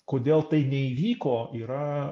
kodėl tai neįvyko yra